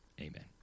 amen